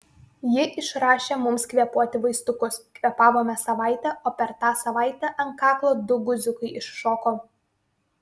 ji išrašė mums kvėpuoti vaistukus kvėpavome savaitę o per tą savaitę ant kaklo du guziukai iššoko